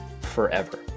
forever